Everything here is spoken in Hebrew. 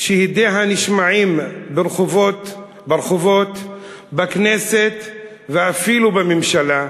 שהדיה נשמעים ברחובות, בכנסת, ואפילו בממשלה,